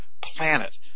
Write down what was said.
planet